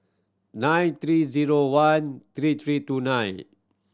nine three zero one three three two nine